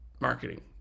marketing